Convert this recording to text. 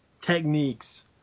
techniques